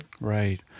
Right